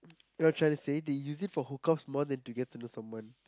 you trying to say they use it for hook ups more than to get to the someone